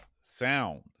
sound